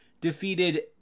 defeated